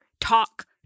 talk